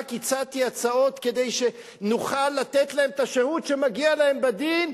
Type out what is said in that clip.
רק הצעתי הצעות כדי שנוכל לתת להם את השירות שמגיע להם בדין,